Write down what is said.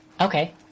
Okay